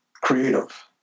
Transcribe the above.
creative